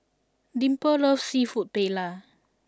Dimple loves Seafood Paella